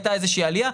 הייתה איזה שהיא עלייה,